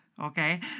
okay